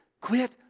quit